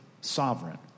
sovereign